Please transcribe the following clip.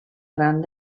gran